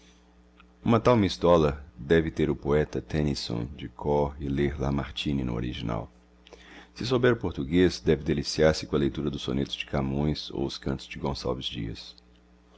uma tal miss dollar deve ter o poeta tennyson de cor e ler lamartine no original se souber o português deve deliciar se com a leitura dos sonetos de camões ou os cantos de gonçalves dias